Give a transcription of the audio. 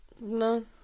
no